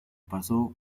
pasó